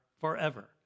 forever